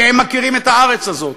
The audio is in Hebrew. והם מכירים את הארץ הזאת.